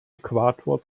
äquator